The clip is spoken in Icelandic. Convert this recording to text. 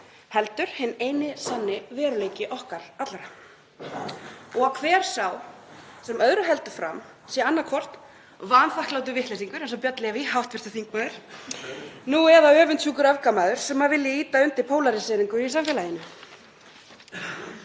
heldur hinn eini sanni veruleiki okkar allra og hver sá sem öðru heldur fram sé annaðhvort vanþakklátur vitleysingur eins og hv. þm. Björn Leví Gunnarsson, nú eða öfundsjúkur öfgamaður sem vilji ýta undir pólaríseringu í samfélaginu.